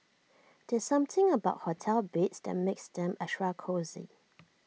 there's something about hotel beds that makes them extra cosy